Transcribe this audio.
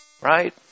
right